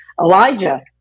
Elijah